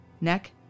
neck